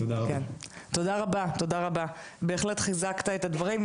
תודה רבה, בהחלט חיזקת את הדברים.